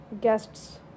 guests